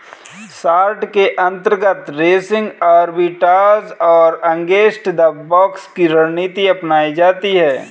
short के अंतर्गत racing arbitrage और अगेंस्ट द बॉक्स की रणनीति अपनाई जाती है